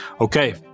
Okay